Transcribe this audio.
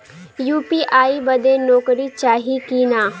UPI बदे नौकरी चाही की ना?